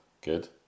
Good